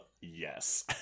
yes